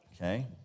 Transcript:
Okay